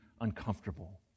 uncomfortable